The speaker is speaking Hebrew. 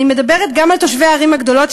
אני מדברת גם על תושבי הערים הגדולות,